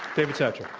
david satcher.